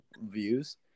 views